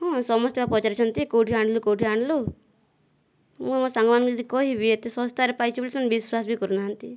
ହଁ ସମସ୍ତେ ବା ପଚାରୁଛନ୍ତି କେଉଁଠୁ ଆଣିଲୁ କେଉଁଠୁ ଆଣିଲୁ ମୁଁ ମୋ ସାଙ୍ଗମାନଙ୍କୁ ଯଦି କହିବି ଏତେ ଶସ୍ତାରେ ପାଇଛି ବୋଲି ସେମାନେ ବିଶ୍ଵାସ ବି କରୁନାହାନ୍ତି